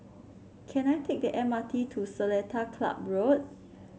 can I take the M R T to Seletar Club Road